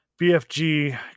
BFG